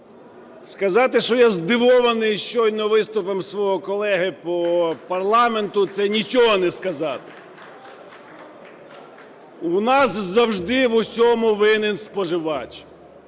сказати, що я здивований щойно виступом свого колеги по парламенту, це нічого не сказати. У нас завжди в усьому винен споживач.